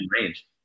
range